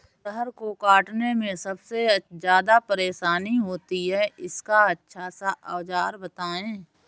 अरहर को काटने में सबसे ज्यादा परेशानी होती है इसका अच्छा सा औजार बताएं?